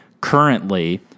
currently